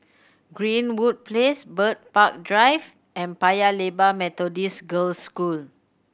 Greenwood Place Bird Park Drive and Paya Lebar Methodist Girls' School